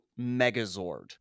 Megazord